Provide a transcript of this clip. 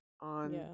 on